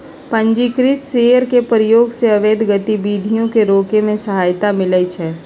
पंजीकृत शेयर के प्रयोग से अवैध गतिविधियों के रोके में सहायता मिलइ छै